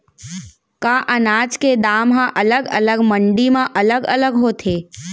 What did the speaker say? का अनाज के दाम हा अलग अलग मंडी म अलग अलग होथे?